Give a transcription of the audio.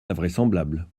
invraisemblable